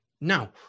Now